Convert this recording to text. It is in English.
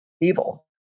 evil